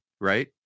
right